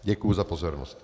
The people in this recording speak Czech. Děkuji za pozornost.